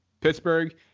Pittsburgh